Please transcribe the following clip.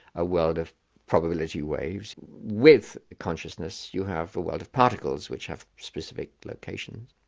a world of probability waves, with a consciousness you have a world of particles which have specific location.